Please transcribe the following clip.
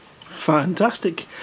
Fantastic